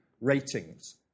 ratings